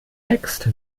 wächst